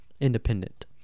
Independent